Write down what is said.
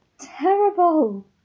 terrible